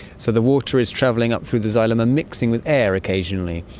so the water is travelling up through the xylem and mixing with air occasionally,